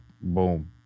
Boom